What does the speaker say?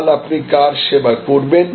কাল আপনি কার সেবা করবেন